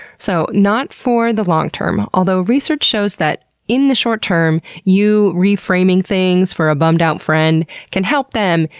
so, not for the long-term, although research shows that in the short term, you re-framing things for a bummed-out friend can help them,